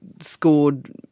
scored